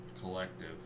collective